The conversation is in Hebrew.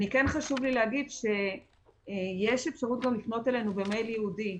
חשוב לי להגיד שיש אפשרות לפנות אלינו במייל ייעודי,